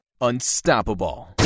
Unstoppable